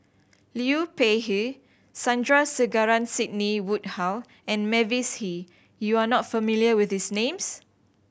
Liu Peihe Sandrasegaran Sidney Woodhull and Mavis Hee you are not familiar with these names